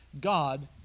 God